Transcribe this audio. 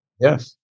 Yes